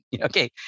Okay